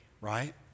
right